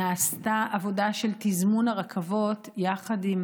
נעשתה עבודה של תזמון הרכבות יחד עם